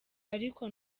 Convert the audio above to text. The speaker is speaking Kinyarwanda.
ariko